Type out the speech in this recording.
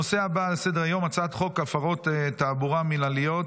הנושא הבא על סדר-היום: הצעת חוק הפרות תעבורה מינהליות,